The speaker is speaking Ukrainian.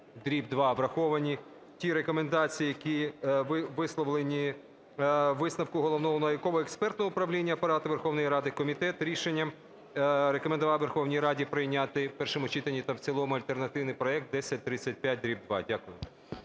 дріб 2) враховані ті рекомендації, які висловлені у висновку Головного науково-експертного управління Апарату Верховної Ради, комітет рішенням рекомендував Верховній Раді прийняти в першому читанні та в цілому альтернативний проект, (1035 дріб 2). Дякую.